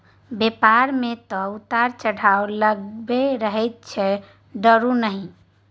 बेपार मे तँ उतार चढ़ाव लागलै रहैत छै डरु नहि